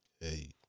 Hey